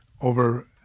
over